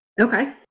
Okay